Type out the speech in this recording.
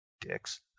Dicks